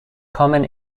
common